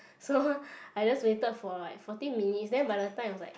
so I just waited for like forty minutes then by the time it was like